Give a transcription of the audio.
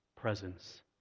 presence